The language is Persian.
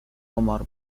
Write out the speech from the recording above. قمار